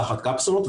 תחת קפסולות,